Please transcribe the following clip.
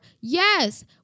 Yes